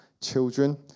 children